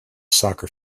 soccer